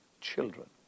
children